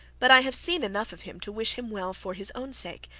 but i have seen enough of him to wish him well for his own sake,